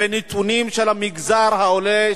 בנתונים של המגזר העולה,